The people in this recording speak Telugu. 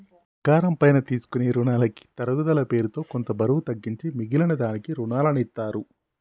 బంగారం పైన తీసుకునే రునాలకి తరుగుదల పేరుతో కొంత బరువు తగ్గించి మిగిలిన దానికి రునాలనిత్తారు